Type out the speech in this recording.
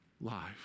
life